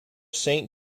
saint